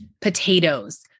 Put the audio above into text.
potatoes